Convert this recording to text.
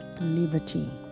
liberty